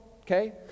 Okay